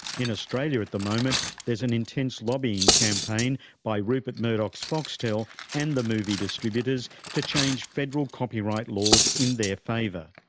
in australia at the moment there's an intense lobbying campaign by rupert murdoch's foxtel and the movie distributors to change federal copyright laws in their favour.